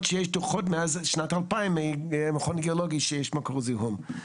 שיש דוחות מאז שנת 2000 מהמכון הגיאולוגי שיש מקור זיהום.